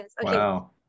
Wow